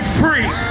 free